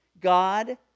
God